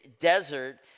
desert